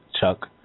Chuck